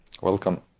Welcome